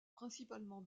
principalement